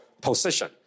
position